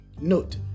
Note